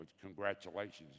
congratulations